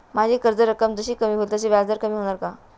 माझी कर्ज रक्कम जशी कमी होईल तसे व्याज कमी होणार का?